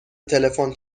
تلفن